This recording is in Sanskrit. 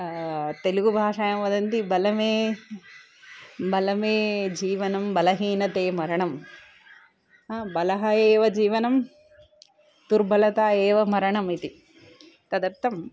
तेलुगुभाषायां वदन्ति बलमे बलमे जीवनं बलहीनते मरणं बलम् एव जीवनं दुर्बलता एव मरणमिति तदर्थं